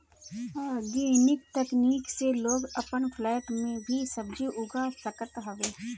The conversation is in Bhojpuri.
आर्गेनिक तकनीक से लोग अपन फ्लैट में भी सब्जी उगा सकत हवे